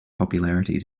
popularity